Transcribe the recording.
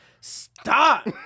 stop